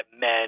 men